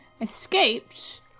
Escaped